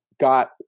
got